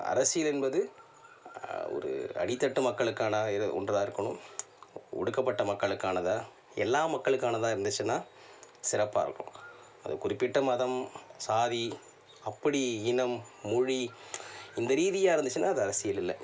அரசியல் என்பது ஒரு அடித்தட்டு மக்களுக்கான இது ஒன்றாக இருக்கணும் ஒடுக்கப்பட்ட மக்களுக்கானதாக எல்லா மக்களுக்கானதாக இருந்துச்சுனா சிறப்பாக இருக்கும் அது குறிப்பிட்ட மதம் சாதி அப்படி இனம் மொழி இந்த ரீதியாக இருந்துச்சுனா அது அரசியல் இல்லை